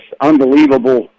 unbelievable